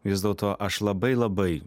vis dėlto aš labai labai